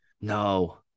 No